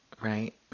right